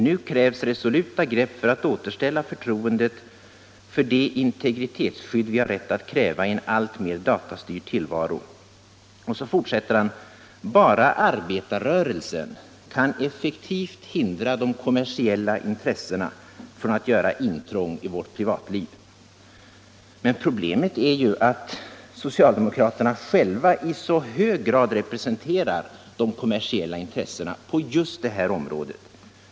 ———- Nu krävs resoluta grepp för att återställa förtroendet för det integritetsskydd vi har rätt att kräva i en alltmer datastyrd tillvaro.” Sedan fortsätter han: ”Bara arbetarrörelsen kan effektivt hindra de kommersiella intressena från att göra intrång i vårt privatliv.” Problemet är ju att socialdemokraterna själva i så hög grad representerar de kommersiella intressena på just detta område.